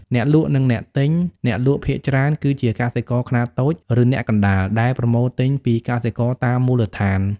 អ្នកលក់ និងអ្នកទិញ អ្នកលក់ភាគច្រើនគឺជាកសិករខ្នាតតូច ឬអ្នកកណ្តាលដែលប្រមូលទិញពីកសិករតាមមូលដ្ឋាន។